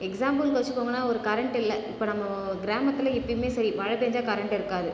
எக்ஸாம்பிள்க்கு வச்சுகோங்கனா ஒரு கரண்ட் இல்லை இப்போது நம்ம கிராமத்தில் எப்போயுமே சரி மழை பெஞ்சால் கரண்ட் இருக்காது